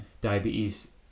diabetes